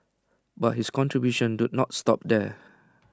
but his contributions do not stop there